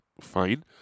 Fine